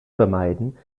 vermeiden